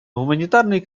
гуманитарный